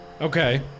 Okay